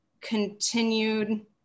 continued